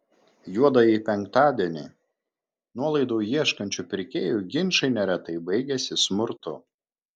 juodąjį penktadienį nuolaidų ieškančių pirkėjų ginčai neretai baigiasi smurtu